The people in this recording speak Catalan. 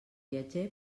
viatger